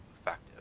effective